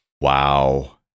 Wow